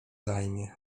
zajmie